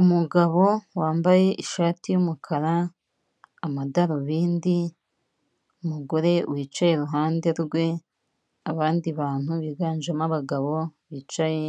Umugabo wambaye ishati y'umukara, amadarubindi, umugore wicaye iruhande rwe, abandi bantu biganjemo abagabo bicaye,